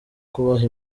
kubaha